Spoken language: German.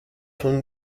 von